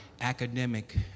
academic